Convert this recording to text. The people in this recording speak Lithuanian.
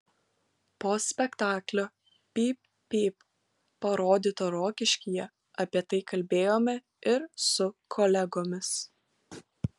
po spektaklio pyp pyp parodyto rokiškyje apie tai kalbėjome ir su kolegomis